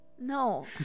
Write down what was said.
No